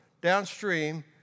downstream